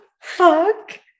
fuck